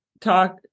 talk